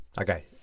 Okay